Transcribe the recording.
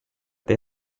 they